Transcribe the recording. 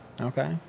Okay